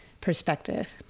perspective